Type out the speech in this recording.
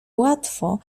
łatwo